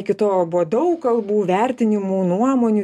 iki tol buvo daug kalbų vertinimų nuomonių